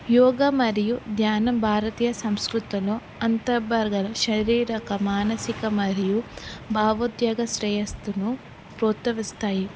యోగ మరియు ధ్యానం భారతీయ సంస్కృతిలో అంతర్భాగం శరీరక మానసిక మరియు భావోద్యోగ శ్రేయస్సును ప్రోత్సహిస్తాయి